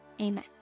Amen